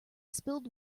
spilled